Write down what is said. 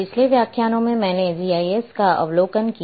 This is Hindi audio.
पिछले व्याख्यानों में मैंने जीआईएस का अवलोकन किया